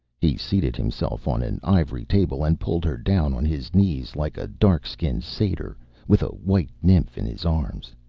he seated himself on an ivory table and pulled her down on his knees, like a dark-skinned satyr with a white nymph in his arms.